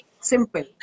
Simple